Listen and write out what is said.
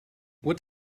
what